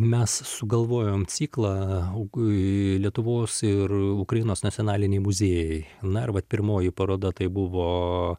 mes sugalvojom ciklą uk lietuvos ir ukrainos nacionaliniai muziejai na ir va pirmoji paroda tai buvo